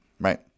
right